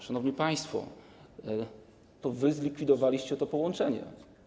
Szanowni państwo, to wy zlikwidowaliście to połączenie.